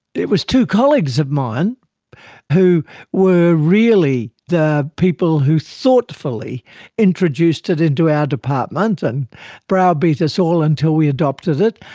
it was two colleagues of mine who were really the people who thoughtfully introduced it into our department and browbeat us all until we adopted it,